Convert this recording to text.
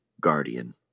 Guardian